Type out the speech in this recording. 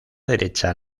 derecha